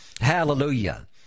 Hallelujah